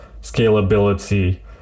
scalability